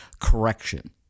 correction